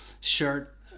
shirt